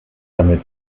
damit